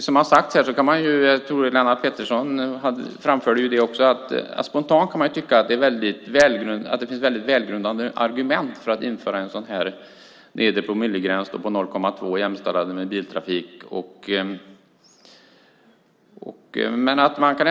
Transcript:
Som sagts här - jag tror att Lennart Pettersson framförde det - kan man spontant tycka att det finns väldigt välgrundade argument för att införa en nedre gräns på 0,2 promille och för att jämställa sjötrafiken med biltrafiken.